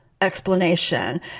explanation